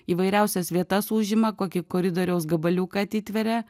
įvairiausias vietas užima kokį koridoriaus gabaliuką atitveria